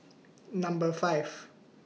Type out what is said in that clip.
Number five